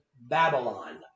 Babylon